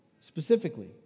Specifically